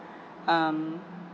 um